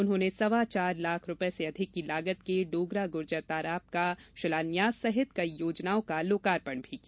उन्होंने सवा चार लाख रुपए से अधिक की लोगत के डोगरा गुर्जर तालाब का शिलान्यास सहित कई योजनाओं का लोकार्पण भी किया